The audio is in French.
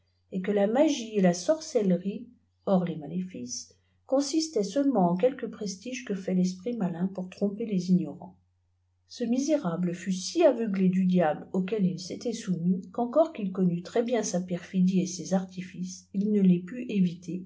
et que la magie et la sorcellerie hors lemaléfices consistaient seulement en quelques prestiges que fait tesprit malin pour tromper les ignorants ce misérable fut si aveuglé du diable auquel il s'était soumis qu'encore qu'il connût très-bien sa perfidie et ses artifices il ne les put éviter